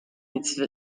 its